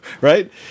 right